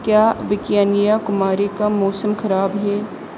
کیا ابھی کنیا کماری کا موسم خراب ہے